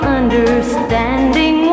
understanding